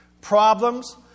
problems